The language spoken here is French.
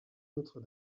notre